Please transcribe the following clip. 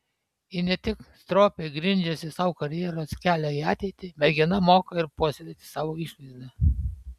ji ne tik stropiai grindžiasi sau karjeros kelią į ateitį mergina moka ir puoselėti savo išvaizdą